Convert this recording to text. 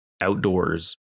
outdoors